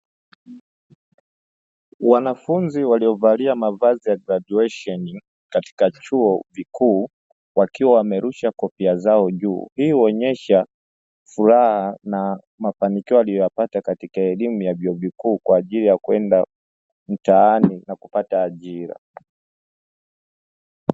Wanafunzi waliovalia mavazi ya graduesheni katika chuo kikuu, wakiwa wamerusha kofia zao juu. Hii huonyesha furaha na mafanikio aliyoyapata katika elimu ya vyuo vikuu kwa ajili ya kwenda mtaani na kupata ajira.